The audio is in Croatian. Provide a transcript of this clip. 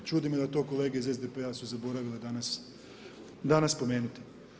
Čudi me da to kolege iz SDP-a su zaboravile danas spomenuti.